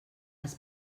els